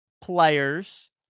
players